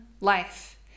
life